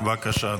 בבקשה.